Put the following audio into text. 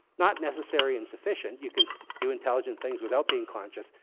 not necessary and sufficient. you can do intelligent things without being conscious.